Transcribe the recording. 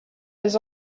des